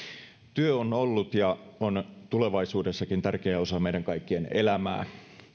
työ on ollut ja on tulevaisuudessakin tärkeä osa meidän kaikkien elämää